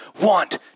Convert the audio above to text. want